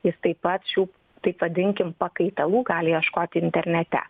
jis taip pat šių taip vadinkim pakaitalų gali ieškoti internete